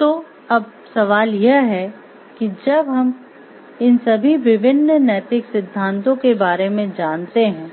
तो अब सवाल यह है कि जब हम इन सभी विभिन्न नैतिक सिद्धांतों के बारे में जानते हैं